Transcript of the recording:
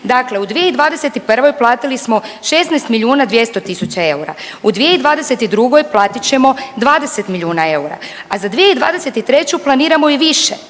Dakle, u 2021. platili smo 16 milijuna 200 tisuća eura, u 2022. platit ćemo 20 milijuna eura, a za 2023. planiramo i više